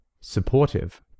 supportive